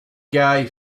gay